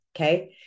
okay